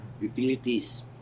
utilities